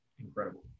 incredible